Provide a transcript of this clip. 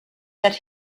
that